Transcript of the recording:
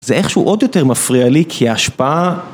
זה איכשהו עוד יותר מפריע לי כי השפעה